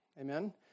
Amen